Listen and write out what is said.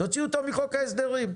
תוציאו אותו מחוק ההסדרים.